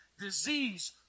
disease